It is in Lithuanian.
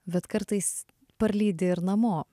bet kartais parlydi ir namo